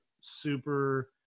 super